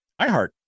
iHeart